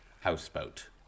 houseboat